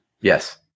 yes